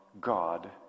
God